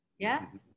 Yes